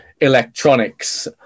electronics